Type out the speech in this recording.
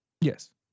Yes